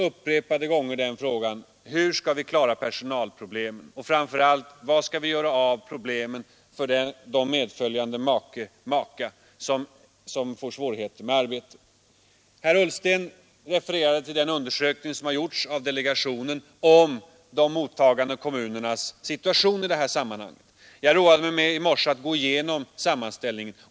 Upprepade gånger har den frågan ställts, hur vi skall klara personalproblemen och framför allt hur vi skall lösa medföljande make/makas svårigheter att få arbete. Herr Ullsten refererade till den undersökning som gjorts av delegationen om de mottagande kommunernas situation i detta sammanhang. Jag roade mig i morse med att gå igenom sammanställningen.